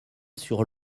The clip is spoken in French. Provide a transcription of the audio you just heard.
sur